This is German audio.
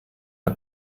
der